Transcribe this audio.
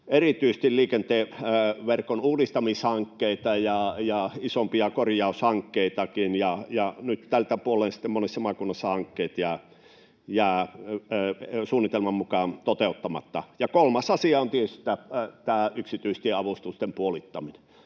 erityisesti liikenteen verkon uudistamishankkeita ja isompia korjaushankkeitakin, ja nyt tältä puolen sitten monessa maakunnassa hankkeet jäävät suunnitelman mukaan toteuttamatta. Ja kolmas asia on tietysti tämä yksityistieavustusten puolittaminen.